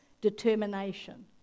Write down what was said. determination